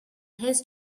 his